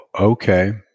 Okay